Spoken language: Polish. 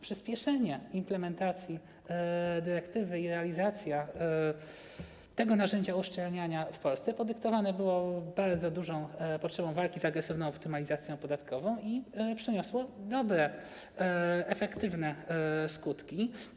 Przyspieszenie implementacji dyrektywy i realizacja tego narzędzia uszczelniania w Polsce podyktowane były bardzo dużą potrzebą walki z agresywną optymalizacją podatkową i przyniosły dobre, efektywne skutki.